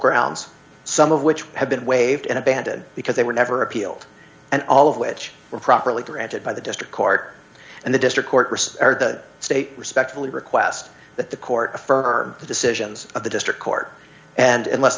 grounds some of which have been waived and abandoned because they were never appealed and all of which were properly granted by the district court and the district court risks are the state respectfully request that the court affirm the decisions of the district court and unless